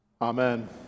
Amen